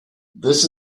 this